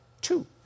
two